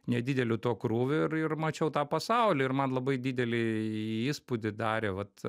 nedideliu tuo krūviu ir ir mačiau tą pasaulį ir man labai didelį įspūdį darė vat